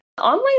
online